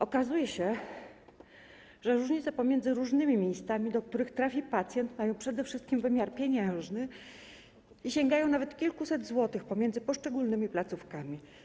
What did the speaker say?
Okazuje się, że różnice pomiędzy różnymi miejscami, do których trafi pacjent, mają przede wszystkim wymiar pieniężny i sięgają nawet kilkuset złotych w przypadku poszczególnych placówek.